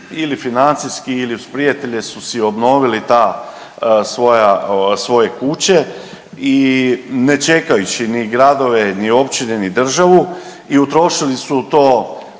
ili financijski ili uz prijatelje su si obnovili ta, svoje kuće i ne čekajući ni gradove, ni općine, ni državu i utrošili su u